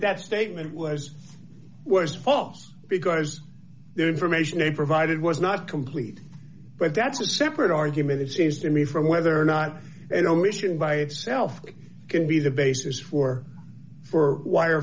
that statement was was false because the information they provided was not complete but that's a separate argument it seems to me from whether or not and omission by itself can be the basis for for wire